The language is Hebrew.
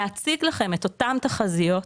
להציג לכם את אותן תחזיות,